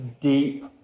deep